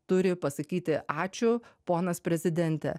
turi pasakyti ačiū ponas prezidente